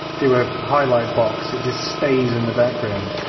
do a highlight box. it just stays in the background.